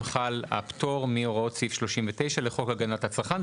חל הפטור בהוראות סעיף 39 לחוק הגנת הצרכן.